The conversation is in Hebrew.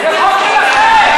זה חוק שלכם.